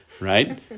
right